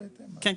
כן,